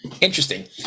Interesting